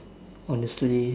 honestly